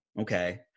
Okay